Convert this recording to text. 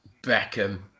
Beckham